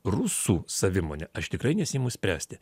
rusų savimonę aš tikrai nesiimu spręsti